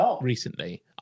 recently